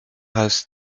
has